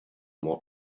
more